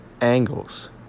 angles